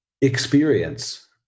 experience